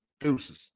Deuces